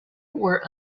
were